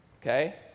Okay